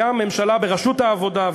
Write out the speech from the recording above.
גם ממשלה בראשות העבודה,